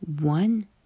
One